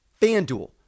Fanduel